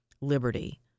liberty